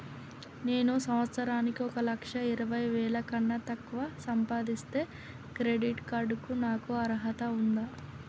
నేను సంవత్సరానికి ఒక లక్ష ఇరవై వేల కన్నా తక్కువ సంపాదిస్తే క్రెడిట్ కార్డ్ కు నాకు అర్హత ఉందా?